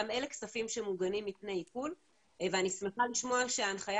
גם אלה כספים שמוגנים מפני עיקול ואני שמחה לשמוע שההנחיה